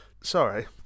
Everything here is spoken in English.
Sorry